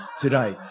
today